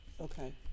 Okay